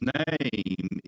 name